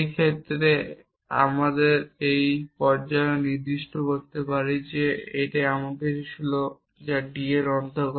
ক্ষেত্রে আমরা এই পর্যায়েও নির্দিষ্ট করতে পারি যে এটি এমন কিছু যা d এর অন্তর্গত